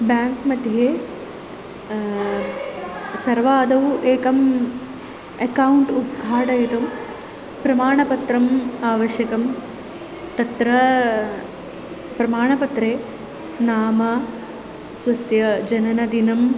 bank मध्ये सर्वादौ एकम् अकौण्ट् उद्घाटयितुं प्रमाणपत्रम् आवश्यकं तत्र प्रमाणपत्रे नाम स्वस्य जननदिनं